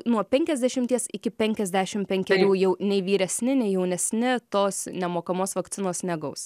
nuo penkiasdešimties iki penkiasdešim penkerių nei vyresni nei jaunesni tos nemokamos vakcinos negaus